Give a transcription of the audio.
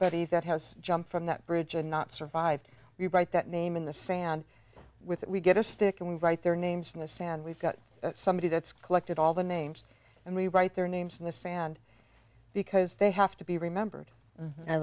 body that has jumped from that bridge and not survived we write that name in the sand with it we get a stick and we write their names in the sand we've got somebody that's collected all the names and we write their names in the sand because they have to be remembered